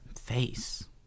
face